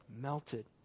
melted